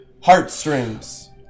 heartstrings